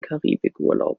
karibikurlaub